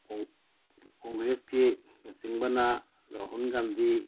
ꯀꯣꯡꯒ꯭ꯔꯦꯁꯀꯤ ꯂꯨꯆꯤꯡꯕꯅ ꯔꯥꯍꯨꯜ ꯒꯥꯟꯗꯤ